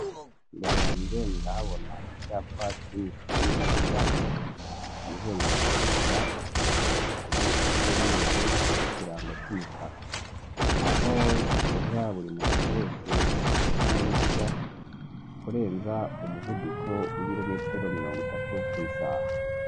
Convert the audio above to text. Imbere yanjye ndahabona icyapa kiri mu ishusho y'uruziga umuzenguruko utukura, ubuso bw'umweru, n'ikirango cy'umukara aho kibuza buri muyobozi wese w'ikinyabiziga kurenza umuvuduko w'ibirometero mirongo itatu ku isaha.